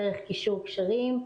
דרך קישור קשרים,